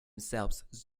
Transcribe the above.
selbst